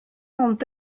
ond